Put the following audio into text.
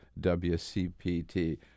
WCPT